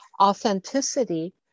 Authenticity